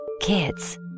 Kids